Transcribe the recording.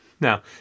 Now